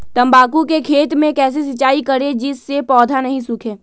तम्बाकू के खेत मे कैसे सिंचाई करें जिस से पौधा नहीं सूखे?